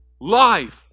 life